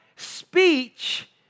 Speech